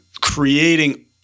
creating